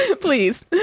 Please